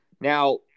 Now